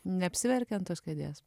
neapsiverkia ant tos kėdės